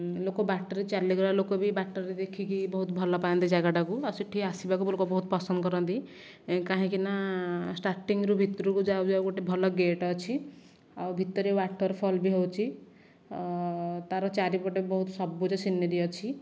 ଲୋକ ବାଟରେ ଚାଲିଗଲା ଲୋକ ବି ବାଟରେ ଦେଖିକି ବହୁତ ଭଲ ପାଆନ୍ତି ଜାଗାଟାକୁ ଆଉ ସେଇଠି ଆସିବାକୁ ବି ବହୁତ ଲୋକ ପସନ୍ଦ କରନ୍ତି କାହିଁକିନା ଷ୍ଟାଟିଙ୍ଗରୁ ଭିତରକୁ ଯାଉ ଯାଉ ଗୋଟିଏ ଭଲ ଗେଟ୍ ଅଛି ଆଉ ଭିତରେ ୱାଟରଫଲ୍ ବି ହେଉଛି ତାର ଚାରିପଟେ ସବୁଜ ସୀନେରୀ ଅଛି